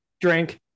drink